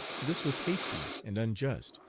this was hasty and unjust,